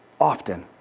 often